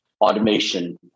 automation